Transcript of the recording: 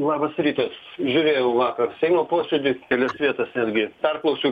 labas rytas žiūrėjau vakar seimo posėdį kelias vietas netgi perklausiau